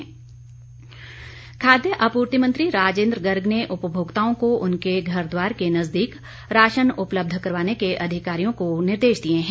राजेन्द्र गर्ग खाद्य आपूर्ति मंत्री राजेन्द्र गर्ग ने उपभोक्ताओं को उनके घर द्वार के नज़दीक राशन उपलब्ध करवाने के अधिकारियों को निर्देश दिए हैं